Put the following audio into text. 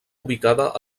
ubicada